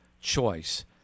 choice